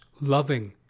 loving